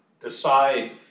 decide